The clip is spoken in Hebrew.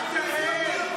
אי.טי.